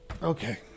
Okay